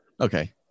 Okay